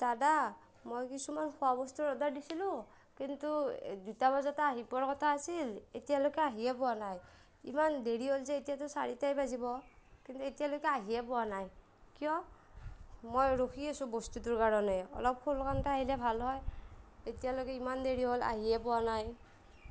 দাদা মই কিছুমান খোৱা বস্তুৰ অৰ্ডাৰ দিছিলোঁ কিন্তু দুটা বজাতে আহি পোৱাৰ কথা আছিল এতিয়ালৈকে আহিয়ে পোৱা নাই ইমান দেৰি হ'ল যে এতিয়াটো চাৰিটাই বাজিব কিন্তু এতিয়ালৈকে আহিয়ে পোৱা নাই কিয় মই ৰখি আছো বস্তুটোৰ কাৰণে অলপ আহিলে ভাল হয় এতিয়ালৈকে ইমান দেৰি হ'ল আহিয়ে পোৱা নাই